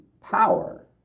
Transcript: power